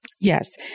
Yes